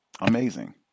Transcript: amazing